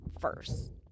first